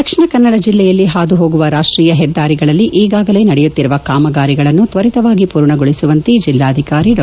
ದಕ್ಷಿಣ ಕನ್ನಡ ಜಿಲ್ಲೆಯಲ್ಲಿ ಹಾದು ಹೋಗುವ ರಾಷ್ಟೀಯ ಹೆದ್ದಾರಿಗಳಲ್ಲಿ ಈಗಾಗಲೇ ನಡೆಯುತ್ತಿರುವ ಕಾಮಗಾರಿಗಳನ್ನು ತ್ತರಿತವಾಗಿ ಪೂರ್ಣಗೊಳಿಸುವಂತೆ ಜಿಲ್ಲಾಧಿಕಾರಿ ಡಾ